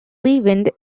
leavened